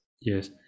Yes